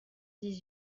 dix